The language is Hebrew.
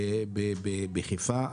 בחיפה,